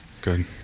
Good